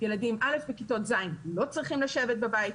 ילדים בכיתות ז' לא צריכים לשבת בבית,